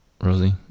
Rosie